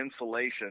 insulation